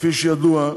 כפי שידוע,